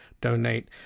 donate